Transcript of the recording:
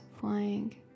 flying